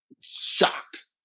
shocked